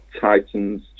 Titans